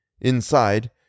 Inside